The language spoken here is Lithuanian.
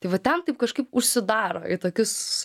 tai va ten taip kažkaip užsidaro į tokius